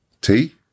Tea